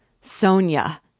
Sonia